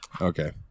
okay